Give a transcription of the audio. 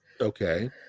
Okay